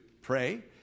pray